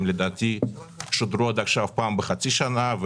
הם לדעתי שודרו עד עכשיו פעם בחצי שנה,